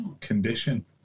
condition